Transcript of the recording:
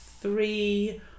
three